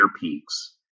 peaks